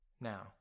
Now